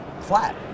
flat